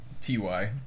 TY